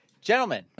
Gentlemen